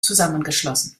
zusammengeschlossen